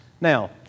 Now